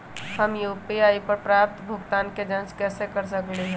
हम यू.पी.आई पर प्राप्त भुगतान के जाँच कैसे कर सकली ह?